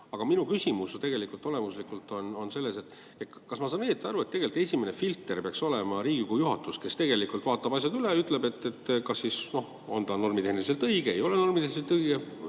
Aga minu küsimus olemuslikult on selles, et kas ma saan õigesti aru, et tegelikult esimene filter peaks olema Riigikogu juhatus, kes vaatab asjad üle ja ütleb, kas see on normitehniliselt õige või ei ole normitehniliselt õige